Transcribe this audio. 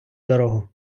дорогу